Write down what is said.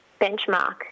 benchmark